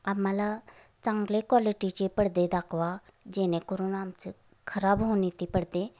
आम्हाला चांगले क्वालिटीचे पडदे दाखवा जेणेकरून आमचं खराब होऊ नयेत ते पडदे